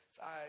five